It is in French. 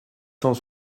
cent